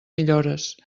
millores